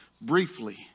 briefly